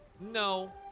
No